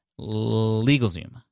LegalZoom